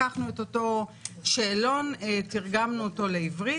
לקחנו את אותו שאלון, תרגמנו אותו לעברית